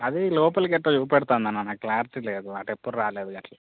అది లోపలికి ఎటో చూపెడుతోంది అన్న నాకు క్లారిటీ లేదు అటు ఎప్పుడూ రాలేదు అట్లా